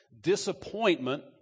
Disappointment